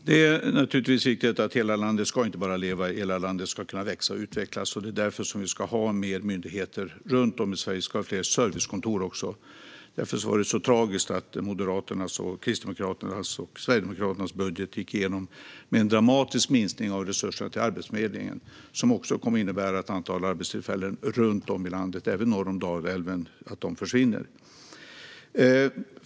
Herr talman! Det är naturligtvis riktigt att hela landet inte bara ska leva utan också ska kunna växa och utvecklas, och det är därför som vi ska ha fler myndigheter och servicekontor runt om i Sverige. Därför var det så tragiskt att Moderaternas, Kristdemokraternas och Sverigedemokraternas budget gick igenom med en dramatisk minskning av resurserna till Arbetsförmedlingen, vilket också kommer att innebära att antalet arbetstillfällen runt om i landet, även norr om Dalälven, försvinner.